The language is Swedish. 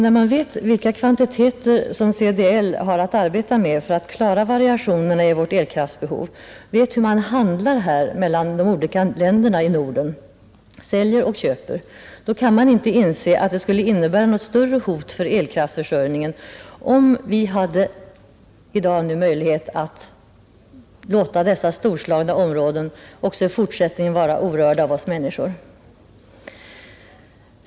När man vet vilka kvantiteter som CDL har att arbeta med för att klara variationerna i vårt elkraftbehov, vet hur kraft säljs och köps mellan de olika länderna i Norden, kan man inte inse att det skulle innebära något större hot mot elkraftförsörjningen om vi nu hade möjlighet att låta dessa storslagna områden också i fortsättningen vara orörda av oss människor.